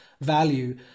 value